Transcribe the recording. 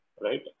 right